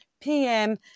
PM